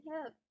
help